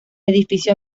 edificio